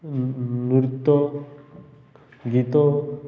ନୃତ୍ୟ ଗୀତ